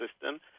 system